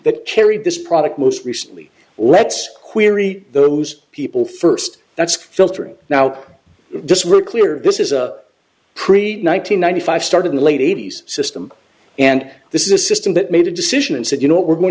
carry this product most recently let's query those people first that's filtering now just really clear this is a pre nine hundred ninety five started in the late eighty's system and this is a system that made a decision and said you know what we're going